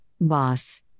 Boss